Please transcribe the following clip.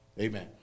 Amen